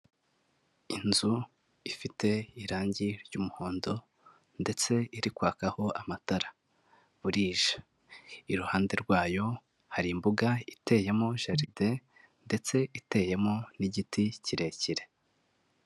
Inzu ifite irangi ry'umuhondo ndetse iri kwakaho amatara, burije iruhande rwayo hari imbuga iteyemo jaride ndetse iteyemo n'igiti kirekire.